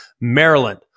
Maryland